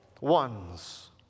ones